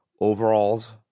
overalls